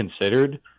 considered